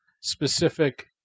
specific